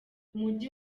umujyi